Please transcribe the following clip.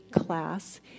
class